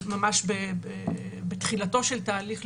ממש בתחילתו של תהליך,